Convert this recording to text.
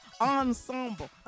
ensemble